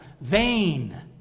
vain